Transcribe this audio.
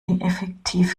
ineffektiv